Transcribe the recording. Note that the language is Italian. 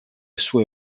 sue